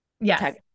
Yes